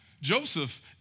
Joseph